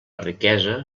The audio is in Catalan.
riquesa